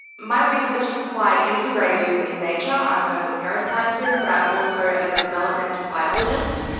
my research is quite integrative in nature, i'm a neuroscientist but i'm also a developmental biologist.